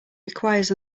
requires